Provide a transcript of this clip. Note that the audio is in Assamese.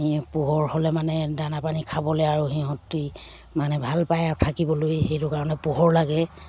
সি পোহৰ হ'লে মানে দানা পানী খাবলৈ আৰু সিহঁতি মানে ভাল পায় আৰু থাকিবলৈ সেইটো কাৰণে পোহৰ লাগে